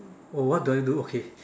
oh what do I do okay